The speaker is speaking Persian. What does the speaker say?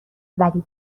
ولی